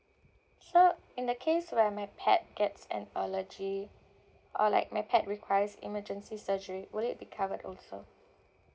so in the case where my pet gets an allergy or like my pet requires emergency surgery will it be covered also